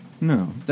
no